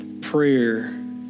prayer